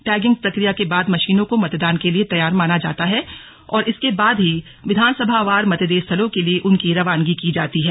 tagging प्रक्रिया के बाद मशीनों को मतदान के लिए तैयार माना जाता है और इसके बाद ही विधानसभावार मतदेय स्थलों के लिए उनकी रवानगी की जाती है